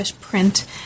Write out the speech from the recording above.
print